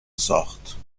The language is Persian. ساخت